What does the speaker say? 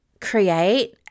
create